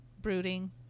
brooding